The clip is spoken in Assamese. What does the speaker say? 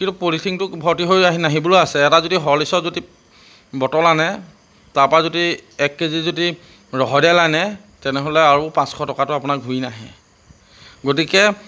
কিন্তু পলিথিনটো ভৰ্তি হৈ আহি নাহিবলৈও আছে এটা যদি হলিক্সৰ যদি বটল আনে তাৰপৰা যদি এক কেজি যদি ৰহৰ দাইল আনে তেনেহ'লে আৰু পাঁচশ টকাটো আপোনাৰ ঘূৰি নাহে গতিকে